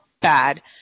bad